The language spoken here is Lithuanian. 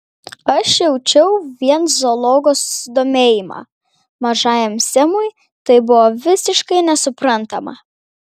aš jaučiau vien zoologo susidomėjimą mažajam semui tai buvo visiškai nesuprantama